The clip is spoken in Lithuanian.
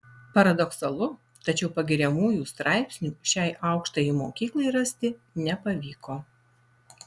paradoksalu tačiau pagiriamųjų straipsnių šiai aukštajai mokyklai rasti nepavyko